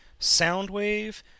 Soundwave